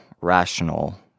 rational